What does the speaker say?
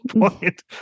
point